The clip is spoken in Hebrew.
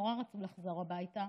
רצתה מאוד לחזור הביתה,